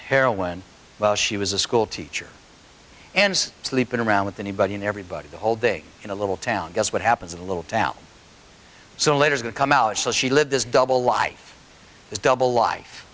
heroin while she was a school teacher and sleeping around with anybody and everybody the whole day in a little town guess what happens in a little town so later to come out so she lived this double life this double life